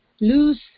loose